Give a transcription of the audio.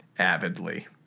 Avidly